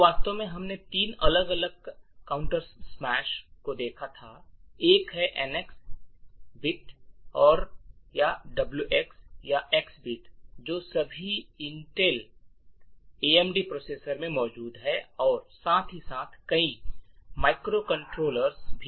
तो वास्तव में हमने तीन अलग अलग काउंटरस्मैश को देखा था एक है NX बिट या WX या X बिट जो सभी इंटेल एएमडी प्रोसेसर में मौजूद है और साथ ही साथ कई माइक्रोकंट्रोलर भी